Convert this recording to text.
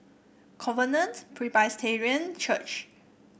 Covenant Presbyterian Church